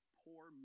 poor